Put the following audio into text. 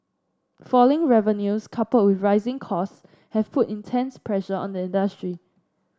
falling revenues coupled with rising costs have put intense pressure on the industry